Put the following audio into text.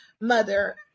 mother